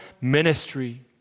ministry